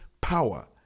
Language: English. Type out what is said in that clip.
power